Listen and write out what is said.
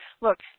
look